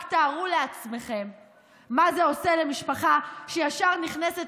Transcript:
רק תארו לעצמכם מה זה עושה למשפחה שישר נכנסת